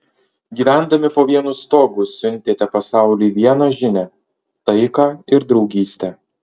gyvendami po vienu stogu siuntėte pasauliui vieną žinią taiką ir draugystę